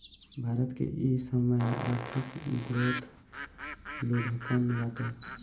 भारत के इ समय आर्थिक ग्रोथ लुढ़कल बाटे